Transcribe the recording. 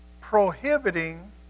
prohibiting